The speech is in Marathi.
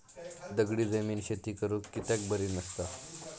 दगडी जमीन शेती करुक कित्याक बरी नसता?